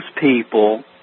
people